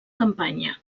campanya